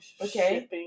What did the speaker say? Okay